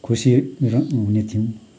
खुसी र हुनेथ्यौँ